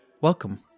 Welcome